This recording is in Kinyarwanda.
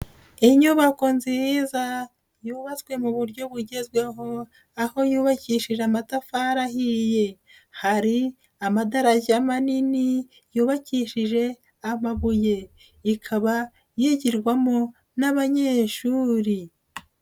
Inyubako nziza, yubatswe mu buryo bugezweho, aho yubakishije amatafari ahiye. Hari amadarashya manini, yubakishije amabuye. Ikaba yigirwamo n'abanyeshuri.